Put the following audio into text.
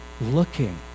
looking